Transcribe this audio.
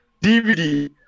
DVD